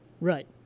Right